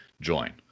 join